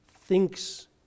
thinks